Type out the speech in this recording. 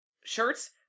shirts